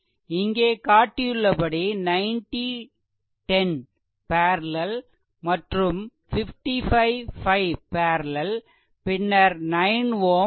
இங்கே காட்டியுள்ளபடி 90 10 பேரலெல் மற்றும் 55 5 பேரலெல் பின்னர் 9 Ω 4